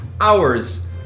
hours